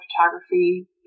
photography